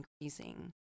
increasing